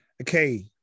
Okay